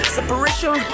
Separation